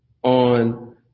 On